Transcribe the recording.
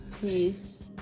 peace